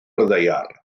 ddaear